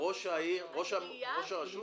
שראש הרשות